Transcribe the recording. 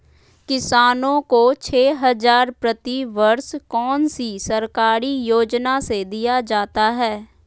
किसानों को छे हज़ार प्रति वर्ष कौन सी सरकारी योजना से दिया जाता है?